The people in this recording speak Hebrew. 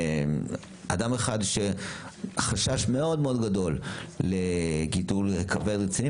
מאדם אחד שהיה חשש מאוד מאוד גדול לגידול כבד רציני.